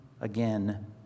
again